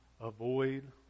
avoid